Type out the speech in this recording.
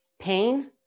pain